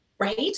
right